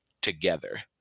together